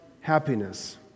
happiness